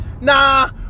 Nah